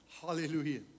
Hallelujah